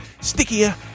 stickier